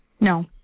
no